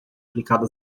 aplicado